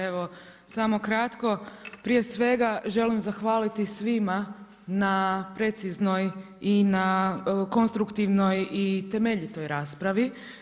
Evo samo kratko, prije svega želim zahvaliti svima na preciznoj i na konstruktivnoj i temeljitoj raspravi.